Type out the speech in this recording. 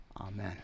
Amen